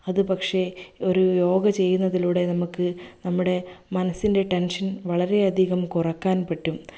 അത് പക്ഷേ ഒരു യോഗ ചെയ്യുന്നതിലൂടെ നമുക്ക് നമ്മുടെ മനസ്സിൻ്റെ ടെൻഷൻ വളരെയധികം കുറയ്ക്കാൻ പറ്റും